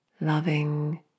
loving